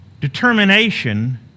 Determination